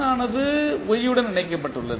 ஆனது y உடன் இணைக்கப்பட்டுள்ளது